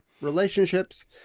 relationships